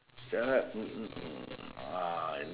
uh uh